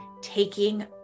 taking